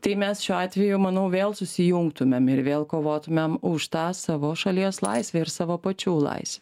tai mes šiuo atveju manau vėl susijungtumėm ir vėl kovotumėme už tą savo šalies laisvę ir savo pačių laisvę